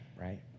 right